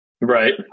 right